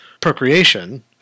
procreation